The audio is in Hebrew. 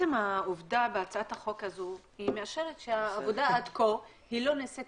העובדה בהצעת החוק הזו מאשרת שהעבודה עד כה לא נעשית